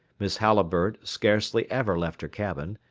miss halliburtt scarcely ever left her cabin,